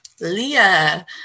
Leah